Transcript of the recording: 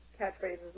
catchphrases